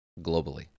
globally